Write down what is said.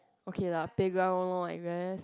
okay lah playground lor I guess